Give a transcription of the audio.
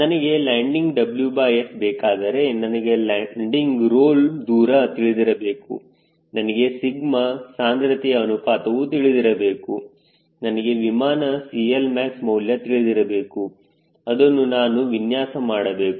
ನನಗೆ landing WS ಬೇಕಾದರೆ ನನಗೆ ಲ್ಯಾಂಡಿಂಗ್ ರೋಲ್ ದೂರ ತಿಳಿದಿರಬೇಕು ನನಗೆ ಸಿಗ್ಮ ಸಾಂದ್ರತೆ ಅನುಪಾತವು ತಿಳಿದಿರಬೇಕು ನನಗೆ ವಿಮಾನ CLmax ಮೌಲ್ಯ ತಿಳಿದಿರಬೇಕು ಅದನ್ನು ನಾನು ವಿನ್ಯಾಸ ಮಾಡಬೇಕು